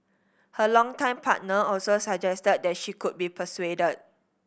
her longtime partner also suggested that she could be persuaded